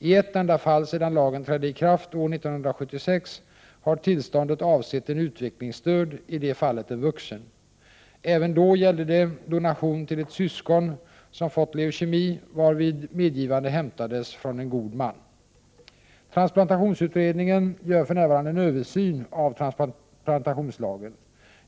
I ett enda fall sedan lagen trädde i kraft år 1976 har tillståndet avsett en utvecklingsstörd, i det fallet en vuxen. Även då gällde det donation till ett syskon som fått leukemi, varvid medgivande inhämtades från en god man. Transplantationsutredningen gör för närvarande en översyn av transplantationslagen.